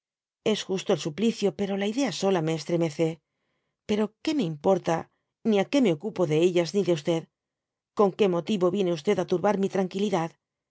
es justo el suplicio pero la idea sola me estremece pero qué me importa y ni á qaé me ocupo de ellas ni de con qué motivo viene i turbar mi tranquilidad